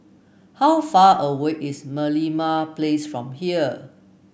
how far away is Merlimau Place from here